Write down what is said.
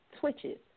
twitches